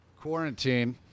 quarantine